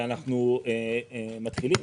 בדיוק, השיקום לא הסתיים, ואנחנו מתחילים.